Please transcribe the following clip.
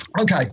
Okay